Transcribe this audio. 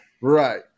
Right